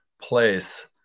place